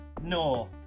No